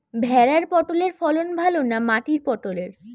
ভেরার পটলের ফলন ভালো না মাটির পটলের?